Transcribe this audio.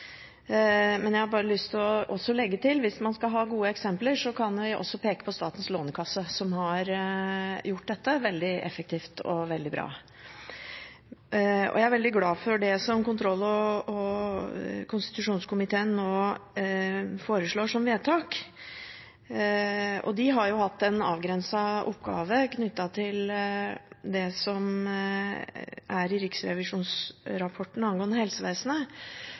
Men jeg har lyst til å legge til at hvis man skal ha gode eksempler, kan vi også peke på Statens lånekasse, som har gjort dette veldig effektivt og veldig bra. Jeg er veldig glad for det som kontroll- og konstitusjonskomiteen nå foreslår som vedtak. De har hatt en avgrenset oppgave knyttet til det som står i riksrevisjonsrapporten angående helsevesenet,